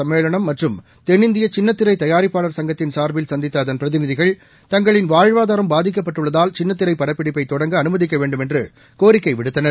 சும்மேளனம் மற்றும் தென்னிந்தியசின்னத்திரைதயாரிப்பாளர் சங்கத்தின் சார்பில்சந்தித்தஅதன் பிரதிநிதிகள் தங்களின் வாழ்வாதாரம் பாதிக்கப்பட்டுள்ளதால்சின்னத்திரைபடப்பிடிப்பைதொடங்க அனுமதிக்கவேண்டும் என்றுகோரிக்கைவிடுத்தனர்